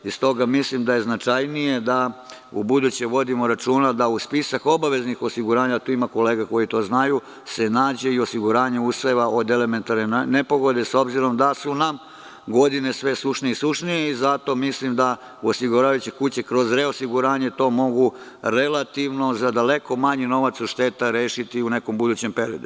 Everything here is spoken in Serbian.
Stoga mislim da je značajnije da ubuduće vodimo računa da u spisak obaveznih osiguranja, a tu ima kolega koje to znaju, se nađe i osiguranje useva od elementarne nepogode, s obzirom da su nam godine sve sušnije i sušnije i zato mislim da osiguravajuće kuće kroz reosiguranje to mogu relativno, za daleko manji novac šteta, rešiti u nekom budućem periodu.